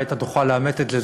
אולי אתה תוכל לאמת את זה,